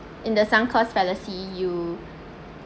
in the some called fallacy you